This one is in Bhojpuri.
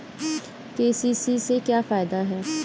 के.सी.सी से का फायदा ह?